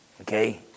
Okay